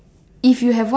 if you have what